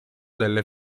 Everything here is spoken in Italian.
delle